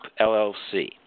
LLC